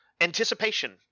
anticipation